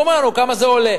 הוא אומר לנו כמה זה עולה.